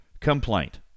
complaint